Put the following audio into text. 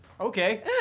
Okay